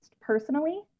personally